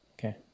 Okay